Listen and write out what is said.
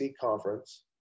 conference